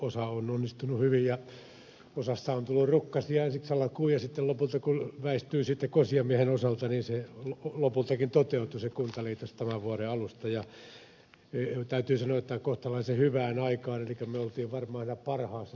osa on onnistunut hyvin ja osassa on tullut rukkasia ensiksi alkuun ja sitten lopulta kun on väistytty kosijamiehen osalta niin lopultakin toteutui se kuntaliitos tämän vuoden alusta ja täytyy sanoa että kohtalaisen hyvään aikaan elikkä me olimme varmaan siellä parhaassa saumassa yhdistymisavustusten kohdalla